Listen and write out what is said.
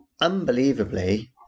Unbelievably